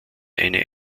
eine